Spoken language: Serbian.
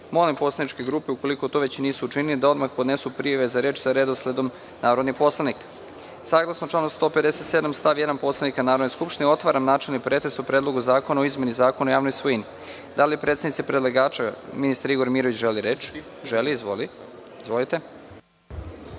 poslaničke grupe, ukoliko to već nisu učinile, da odmah podnesu prijave za reč sa redosledom narodnih poslanika. Saglasno članu 157. stav 1. Poslovnika Narodne skupštine, otvaram načelni pretres o Predlogu zakona o izmeni Zakona o javnoj svojini. Da li predstavnik predlagača, ministar Igor Mirović, želi reč? (Da.)Izvolite.